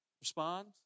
Respond